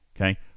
Okay